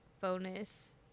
bonus